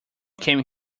came